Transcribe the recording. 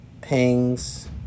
pings